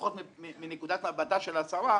לפחות מנקודת מבטה של השרה,